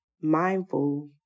mindful